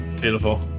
Beautiful